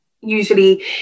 usually